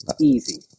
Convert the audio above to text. easy